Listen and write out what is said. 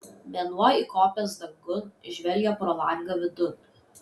mėnuo įkopęs dangun žvelgia pro langą vidun